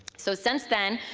so since then,